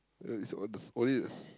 no it's on the